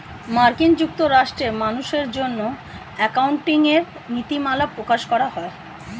মার্কিন যুক্তরাষ্ট্রে মানুষের জন্য অ্যাকাউন্টিং এর নীতিমালা প্রকাশ করা হয়